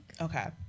Okay